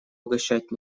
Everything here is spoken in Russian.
угощать